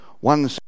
one